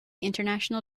international